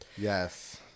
Yes